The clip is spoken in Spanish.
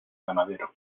ganadero